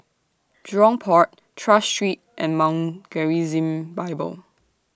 Jurong Port Tras Street and Mount Gerizim Bible